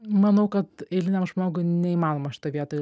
manau kad eiliniam žmogui neįmanoma šitoj vietoj